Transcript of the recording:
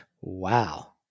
Wow